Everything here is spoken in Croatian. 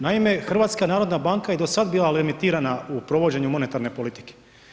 Naime, HNB je i do sad bila limitirana u provođenju monetarne politike.